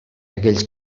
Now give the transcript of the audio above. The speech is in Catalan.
aquells